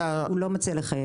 הוא לא מציע לחייב.